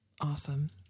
awesome